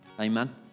Amen